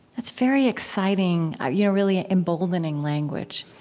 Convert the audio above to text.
that's very exciting, you know really ah emboldening language.